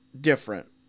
different